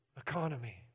economy